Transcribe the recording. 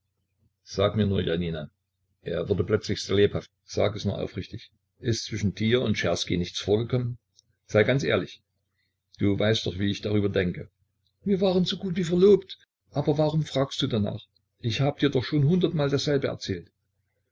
sag mir nur jania er wurde plötzlich sehr lebhaft sag es nur aufrichtig ist zwischen dir und czerski nichts vorgekommen sei ganz ehrlich du weißt doch wie ich darüber denke wir waren so gut wie verlobt aber warum fragst du danach ich habe dir doch schon hundertmal dasselbe erzählt